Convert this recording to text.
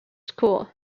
school